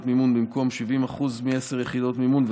מימון במקום בשיעור של 70% מעשר יחידות מימון,